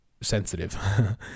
sensitive